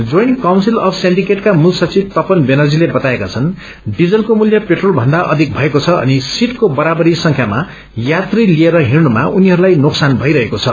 joint council of सिण्डिकेटका मूल सचिव तपन व्यानर्जीले बताएका छन् डीजलको मूल्य पेट्रेलथन्दा अधिक भएको छ अनि सीटको बरावरी संख्यामा यात्री लिएर हिँडनुमा उनीहरूलाई नोकसान भइरहेको छ